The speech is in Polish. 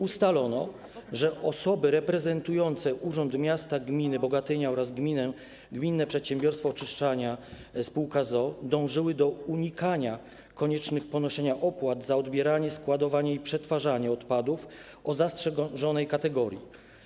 Ustalono, że osoby reprezentujące Urząd Miasta i Gminy Bogatynia oraz Gminne Przedsiębiorstwo Oczyszczania Spółka z o.o. dążyły do unikania konieczności ponoszenia opłat za odbieranie, składowanie i przetwarzanie odpadów zastrzeżonej kategorii.